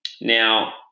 Now